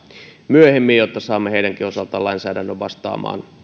myöhemmin jotta saamme heidänkin osaltaan lainsäädännön vastaamaan